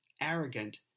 arrogant